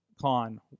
con